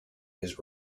his